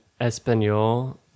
espanol